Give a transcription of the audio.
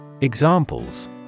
Examples